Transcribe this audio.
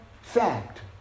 fact